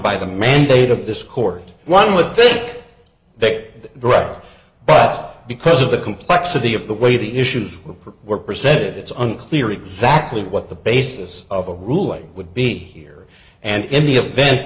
by the mandate of this court one would think that right but because of the complexity of the way the issues the perp were presented it's unclear exactly what the basis of the ruling would be here and in the event